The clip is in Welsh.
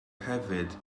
hefyd